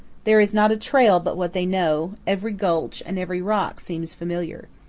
there is not a trail but what they know every gulch and every rock seems familiar.